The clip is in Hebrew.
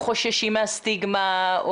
או חוששים מהסטיגמה,